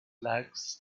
lacks